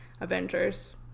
Avengers